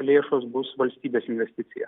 lėšos bus valstybės investicija